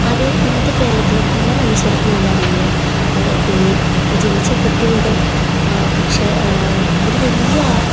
അത് ഇന്നത്തെ കേരളത്തിലെ പല മനുഷ്യർക്കും അതറിയില്ല അത് ജനിച്ച കുട്ടി മുതൽ പക്ഷെ ഒരു വലിയ